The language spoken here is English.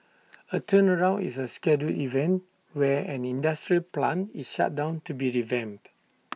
A turnaround is A scheduled event where an industrial plant is shut down to be revamped